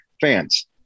fans